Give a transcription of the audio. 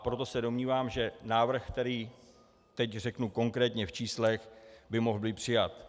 Proto se domnívám, že návrh, který teď řeknu konkrétně v číslech, by mohl být přijat.